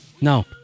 No